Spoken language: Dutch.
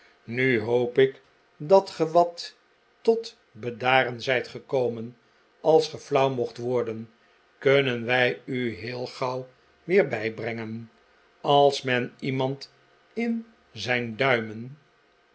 nu hoop ik dat ge wat tot bedaren zijt gekomen als ge flauw mocht worden kunnen wij u heel gauw weer bijbrengen als men iemand in zijn duimen